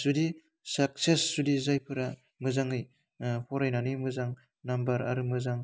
जुदि साक्सेस जुदि जायफोरा मोजाङै फरायनानै मोजां नाम्बार आरो मोजां